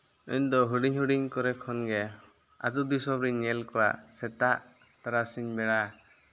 ᱤᱧ ᱫᱚ ᱦᱩᱰᱤᱧᱼᱦᱩᱰᱤᱧ ᱠᱚᱨᱮ ᱠᱷᱚᱱ ᱜᱮ ᱟᱛᱳ ᱫᱤᱥᱚᱢ ᱨᱤᱧ ᱧᱮᱞ ᱠᱚᱣᱟ ᱥᱮᱛᱟᱜ ᱛᱟᱨᱟᱥᱤᱧ ᱵᱮᱲᱟ